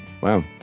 Wow